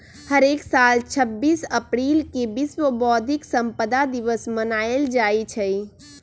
हरेक साल छब्बीस अप्रिल के विश्व बौधिक संपदा दिवस मनाएल जाई छई